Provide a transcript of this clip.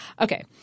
Okay